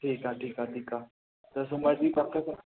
ठीकु आहे ठीकु आहे ठीकु आहे त सूमर जी पक अथव